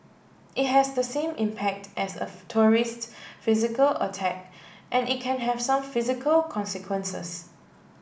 it has the same impact as a tourist physical attack and it can have some physical consequences